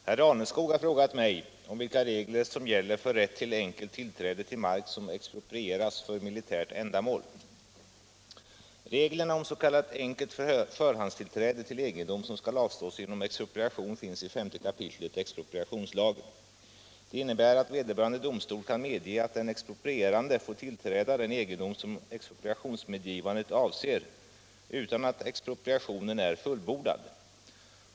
Herr talman! Herr Raneskog har frågat mig om vilka regler som gäller för rätt till enkelt tillträde till mark som exproprieras för militärt ändamål. Reglerna om s.k. enkelt förhandstillträde till egendom som skall avstås genom expropriation finns i 5 kap. expropriationslagen. De innebär att vederbörande domstol kan medge att den exproprierande får tillträda den egendom som expropriationsmedgivandet avser utan att expropriationen är fullbordad.